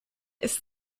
ist